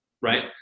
right